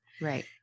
Right